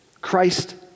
Christ